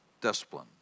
discipline